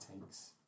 takes